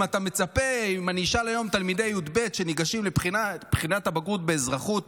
אם אני אשאל היום תלמידי י"ב שניגשים לבחינת הבגרות באזרחות: